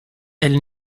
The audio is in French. elle